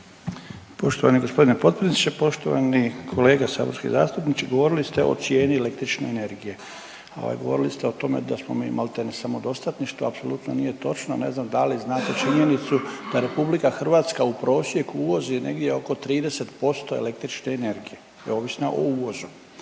Poštovani g. potpredsjedniče. Poštovani kolega saborski zastupniče, govorili ste o cijeni električne energije, ovaj govorili ste o tome da smo mi malte ne samodostatni što apsolutno nije točno. Ne znam da li znate činjenicu da RH u prosjeku uvozi negdje oko 30% električne energije, da je ovisna o uvozu.